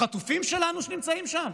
לחטופים שלנו שנמצאים שם?